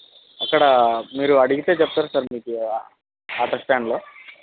అక్కడ మీరు అడిగితే చెప్తారు సార్ మీకు ఆటో స్టాండ్లో